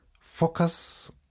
focus